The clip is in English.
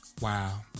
Wow